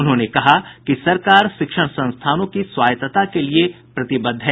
उन्होंने कहा कि सरकार शिक्षण संस्थानों की स्वायतता के लिए प्रतिबद्ध है